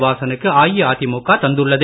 வாசனுக்கு அஇஅதிமுக தந்துள்ளது